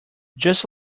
just